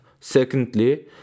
Secondly